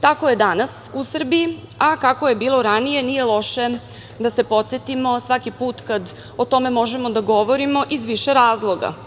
Tako je danas u Srbiji, a kako je bilo ranije, nije loše da se podsetimo svaki put kada o tome možemo da govorimo iz više razloga.